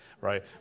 right